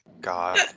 God